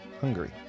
Hungary